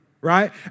right